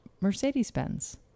Mercedes-Benz